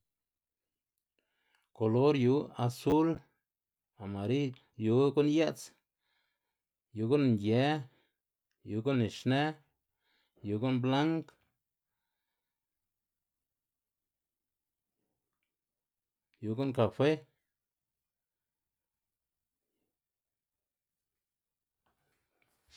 Kolor yu asul, amariy- yu gu'n ye'ts, yu gu'n nge, yu gu'n nixnë, yu gu'n blang, yu gu'n kafe.